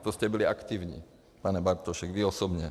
To jste byli aktivní, pane Bartošku, vy osobně.